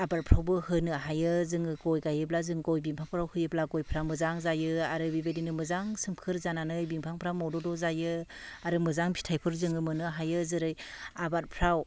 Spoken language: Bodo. आबादफ्रावबो होनो हायो जोङो गय गायोब्ला जों गय बिफांफ्राव होयोब्ला गयफ्रा मोजां जायो आरो बिबायदिनो मोजां सोमखोर जानानै बिफांफ्रा मदद' जायो आरो मोजां फिथाइफोर जोङो मोननो हायो जेरै आबादफ्राव